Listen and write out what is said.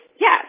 yes